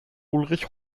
ulrich